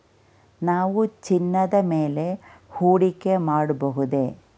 ನಾವು ಚಿನ್ನದ ಮೇಲೆ ಹೂಡಿಕೆ ಮಾಡಬಹುದೇ?